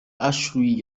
ashley